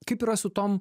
kaip yra su tom